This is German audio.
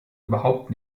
überhaupt